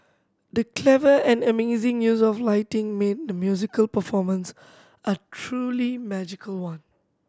the clever and amazing use of lighting made the musical performance a truly magical one